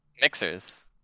Mixers